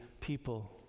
people